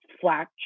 flat